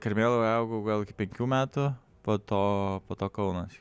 karmėlavoj augau gal iki penkių metų po to po to kaunas